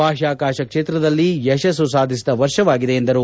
ಬಾಹ್ಯಾಕಾಶ ಕ್ಷೇತ್ರದಲ್ಲಿ ಯಶಸ್ಸು ಸಾಧಿಸಿದ ವರ್ಷವಾಗಿದೆ ಎಂದರು